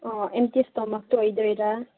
ꯑꯣ ꯑꯦꯝꯇꯤ ꯏꯁꯇꯣꯃꯥꯛꯇ ꯑꯣꯏꯗꯣꯏꯔꯥ